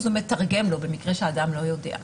מתרגם לו במקרה שהאדם לא דובר עברית,